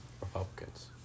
Republicans